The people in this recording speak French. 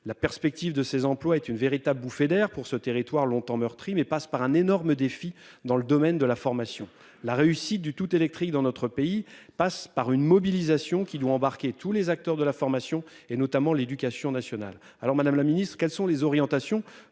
La perspective de ces employes est une véritable bouffée d'air pour ce territoire longtemps meurtri mais passe par un énorme défi dans le domaine de la formation, la réussite du tout électrique dans notre pays passe par une mobilisation qui doit embarquer tous les acteurs de la formation et notamment l'éducation nationale. Alors Madame la Ministre quelles sont les orientations